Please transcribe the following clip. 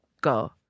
go